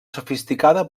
sofisticada